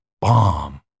bomb